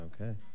Okay